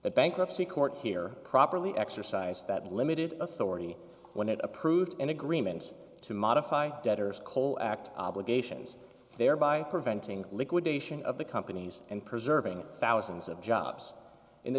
the bankruptcy court here properly exercised that limited authority when it approved an agreement to modify debtors koel act obligations thereby preventing liquidation of the companies and preserving thousands of jobs in the